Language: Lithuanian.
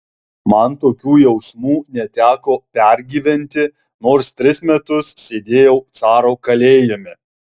man tokių jausmų neteko pergyventi nors tris metus sėdėjau caro kalėjime